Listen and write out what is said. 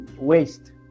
waste